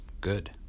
Good